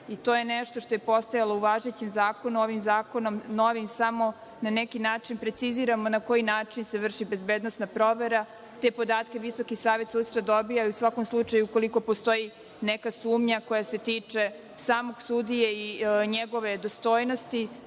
i to je nešto što je postojalo u važećem zakonu. Ovim novim zakonom samo na neki način preciziramo na koji način se vrši bezbednosna provera. Te podatke Visoki savet sudstva dobija. U svakom slučaju, ukoliko postoji neka sumnja koja se tiče samog sudije i njegove dostojnosti,